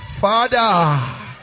Father